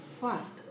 first